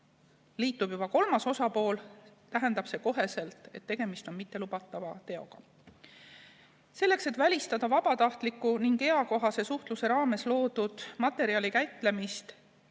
liitub juba kolmas osapool, tähendab see kohe, et tegemist on mittelubatava teoga. Selleks, et välistada vabatahtlikku ning eakohase suhtluse raames loodud materjali käitlemist